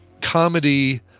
comedy